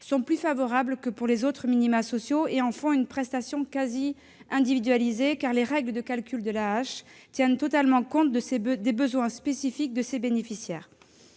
sont plus favorables que pour les autres minima sociaux, ce qui en fait une prestation quasi individualisée. Les règles de calcul de l'AAH tiennent totalement compte des besoins spécifiques de ses bénéficiaires.